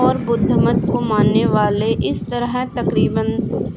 اور بدھ مت کو ماننے والے اس طرح تقریبا